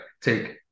take